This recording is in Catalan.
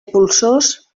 polsós